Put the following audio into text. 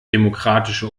demokratische